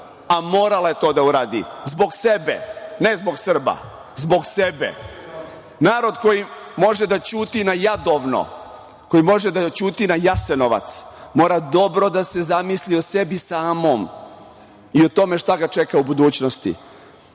a morala je to da uradi, zbog sebe, ne zbog Srba, zbog sebe. Narod koji može da ćuti na Jadovno, koji može da ćuti na Jasenovac, mora dobro da se zamisli o sebi samom i o tome šta ga čeka u budućnosti. Imao